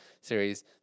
series